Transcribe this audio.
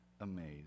amazed